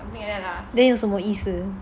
then 有什么意思